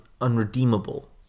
unredeemable